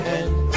end